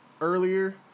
earlier